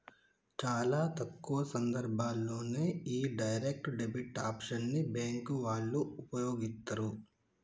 చాలా తక్కువ సందర్భాల్లోనే యీ డైరెక్ట్ డెబిట్ ఆప్షన్ ని బ్యేంకు వాళ్ళు వుపయోగిత్తరు